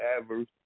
adverse